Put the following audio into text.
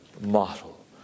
model